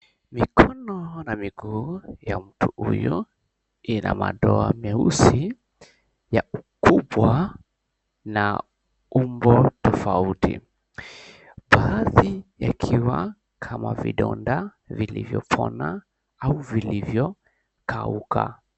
Mikono na miguu ya mtu huyu, ina madoa meusi ya ukubwa na umbo tofauti. Baadhi yakiwa kama vidonda vilivyopona au vilivyokauka.